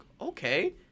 okay